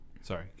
Sorry